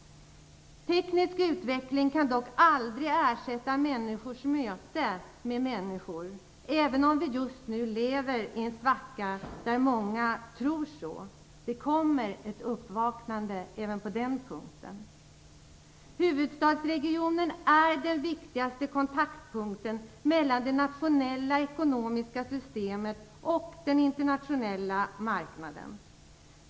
Teknisk utveckling kan dock aldrig ersätta människors möte med människor, även om vi just nu lever i en svacka där många tror så. Det kommer ett uppvaknande även på den punkten. Huvudstadsregionen är den viktigaste kontaktpunkten mellan det nationella ekonomiska systemet och den internationella marknaden.